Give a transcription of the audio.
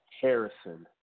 Harrison